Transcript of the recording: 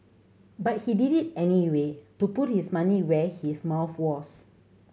but he did it anyway to put his money where his mouth was